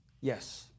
Yes